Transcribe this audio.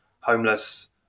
homeless